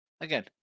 Again